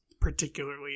particularly